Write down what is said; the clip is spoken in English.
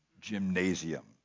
gymnasium